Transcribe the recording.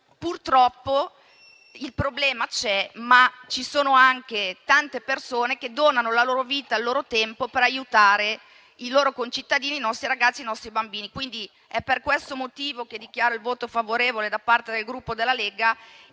Purtroppo il problema c'è, ma ci sono anche tante persone che donano la loro vita e il loro tempo per aiutare i loro concittadini, i nostri bambini. Per questo motivo dichiaro il voto favorevole da parte del Gruppo Lega